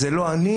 "זה לא אני",